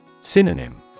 Synonym